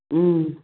ꯎꯝ